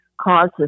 causes